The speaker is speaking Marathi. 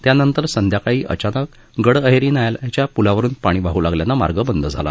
त्यानंतर संध्याकाळी अचानक गडअहेरी नाल्याच्या पुलावरुन पाणी वाहू लागल्याने मार्ग बंद झाला